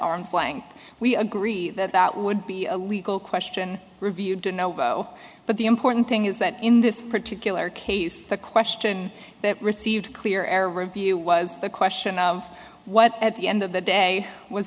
arm's length we agree that that would be a legal question review don't know but the important thing is that in this particular case the question that received clear air review was the question of what at the end of the day was